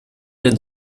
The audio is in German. den